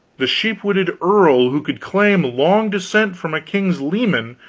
the sheep-witted earl who could claim long descent from a king's leman,